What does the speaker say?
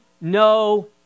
no